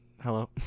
hello